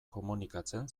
komunikatzen